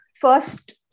first